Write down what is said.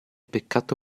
peccato